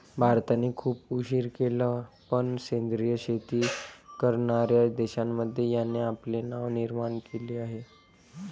भारताने खूप उशीर केला पण सेंद्रिय शेती करणार्या देशांमध्ये याने आपले नाव निर्माण केले आहे